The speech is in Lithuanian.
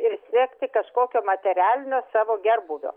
ir siekti kažkokio materialinio savo gerbūvio